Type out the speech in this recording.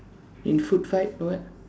in food fight or what